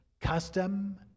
custom